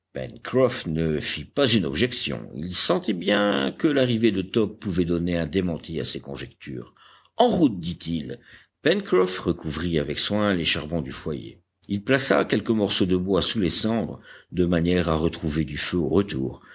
ne fit pas une objection il sentait bien que l'arrivée de top pouvait donner un démenti à ses conjectures en route dit-il pencroff recouvrit avec soin les charbons du foyer il plaça quelques morceaux de bois sous les cendres de manière à retrouver du feu au retour